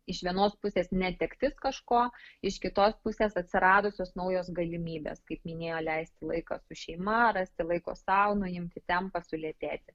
iš vienos pusės netektis kažko iš kitos pusės atsiradusios naujos galimybės kaip minėjo leisti laiką su šeima rasti laiko sau nuimti tempą sulėtėti